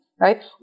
right